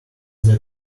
that